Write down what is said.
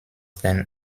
den